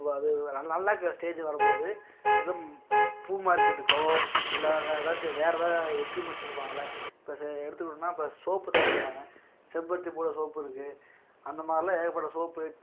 பூ அது நல் நல்லா இருக்க ஸ்டேஜ் வரும்போது எதுவும் பூ மார்க்கெட்டுக்கோ இல்லை அங்கே ஏதாச்சும் வேற எதாது எக்யூப்மெண்ட்ஸ் சொல்வாங்கல்ல இப்போ ச எடுத்துக்கிட்டோன்னா இப்ப சோப்பு தயாரிக்கறாங்க செம்பருத்தி பூவுல சோப்பு இருக்கு அந்தமாரில்லாம் ஏகப்பட்ட சோப்பு